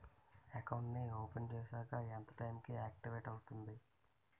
Account నీ open చేశాక ఎంత టైం కి ఆక్టివేట్ అవుతుంది?